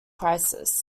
crisis